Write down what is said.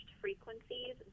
frequencies